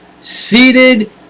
seated